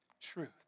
Truth